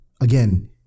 Again